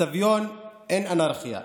בסביון אין אנרכיה,